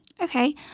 Okay